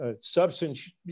substance